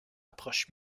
approche